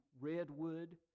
Redwood